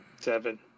Seven